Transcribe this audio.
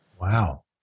Wow